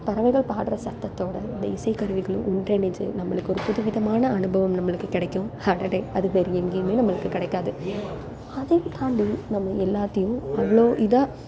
பறவைகள் பாடுற சத்தத்தோடு இந்த இசைக்கருவிகளும் ஒன்றிணைஞ்சு நம்மளுக்கு ஒரு புதுவிதமான அனுபவம் நம்மளுக்கு கிடைக்கும் அடடடே அது வேற எங்கேயுமே நம்மளுக்கு கிடைக்காது அதை தாண்டி நம்ம எல்லாத்தையும் அவ்வளோ இதாக